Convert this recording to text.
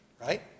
Right